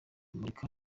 murika